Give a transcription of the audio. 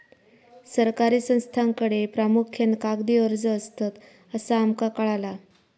सरकारी संस्थांकडे प्रामुख्यान कागदी अर्ज असतत, असा आमका कळाला